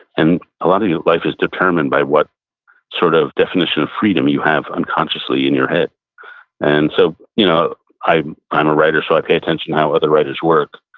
and a lot of your life is determined by what sort of definition of freedom you have unconsciously in your head and so you know i'm a writer, so i pay attention to how other writers work.